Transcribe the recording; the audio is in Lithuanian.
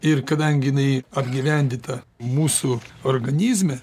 ir kadangi jinai apgyvendyta mūsų organizme